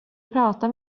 prata